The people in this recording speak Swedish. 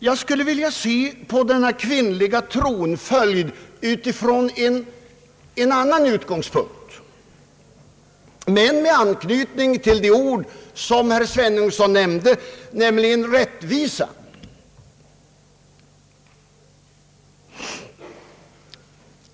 Jag skulle vilja se på frågan om kvinnlig tronföljd utifrån en annan utgångspunkt men i anknytning till det ord som herr Sveningsson nämnde, nämligen rättvisa.